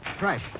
Right